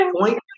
point